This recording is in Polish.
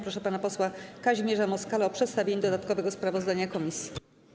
Proszę pana posła Kazimierza Moskala o przedstawienie dodatkowego sprawozdania komisji.